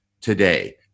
today